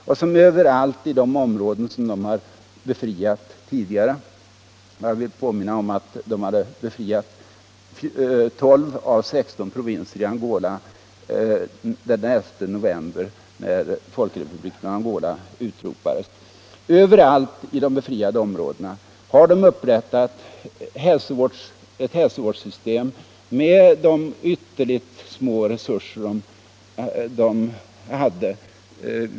Denna har överallt i de områden som den befriat tidigare — och jag vill påminna om att den hade befriat 12 av 16 provinser i Angola fram till den 11 november när Folkrepubliken Angola utropades — upprättat ett hälsovårdssystem, med de ytterligt små resurser man hade.